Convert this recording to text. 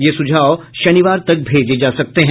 ये सुझाव शनिवार तक भेजे जा सकते हैं